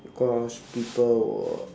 because people will